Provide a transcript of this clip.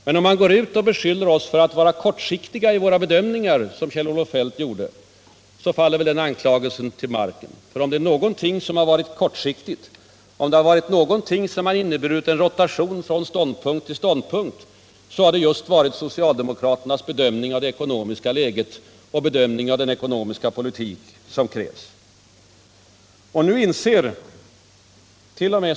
Men om man går ut och beskyller oss för att vara kortsiktiga i våra bedömningar, som Kjell-Olof Feldt gjorde, så faller väl den anklagelsen till marken. Om någonting har varit kortsiktigt, om någonting har inneburit en rotation från ståndpunkt till ståndpunkt, så har det just varit socialdemokraternas bedömningar av det ekonomiska läget och av den ekonomiska politik som det kräver. Nu insert.o.m.